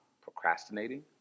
procrastinating